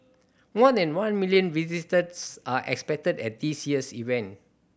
more than one million visitors are expected at this year's event